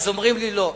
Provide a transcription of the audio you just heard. אז אומרים לי: לא,